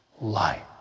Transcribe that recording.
light